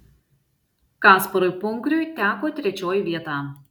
kasparui punkriui teko trečioji vieta